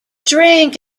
drink